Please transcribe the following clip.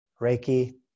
Reiki